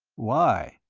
why?